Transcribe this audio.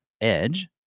edge